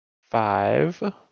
five